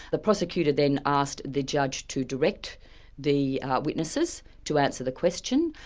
the prosecutor then asked the judge to direct the witnesses to answer the question,